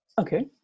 Okay